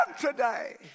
today